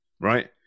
right